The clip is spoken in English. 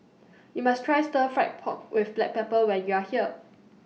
YOU must Try Stir Fried Pork with Black Pepper when YOU Are here